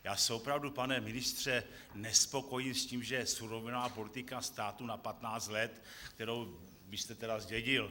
Já se opravdu, pane ministře, nespokojím s tím, že je surovinová politika státu na patnáct let, kterou vy jste zdědil.